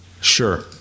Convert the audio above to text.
sure